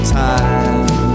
time